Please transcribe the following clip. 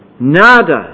nada